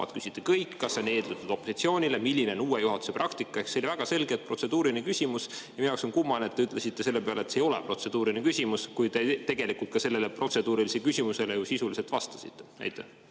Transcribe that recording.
küsida kõik, kas see on [mõeldud] opositsioonile, milline on uue juhatuse praktika. See oli väga selgelt protseduuriline küsimus. Minu jaoks on kummaline, et te ütlesite selle peale, et see ei ole protseduuriline küsimus, kui te tegelikult ka sellele protseduurilisele küsimusele sisuliselt vastasite. Tanel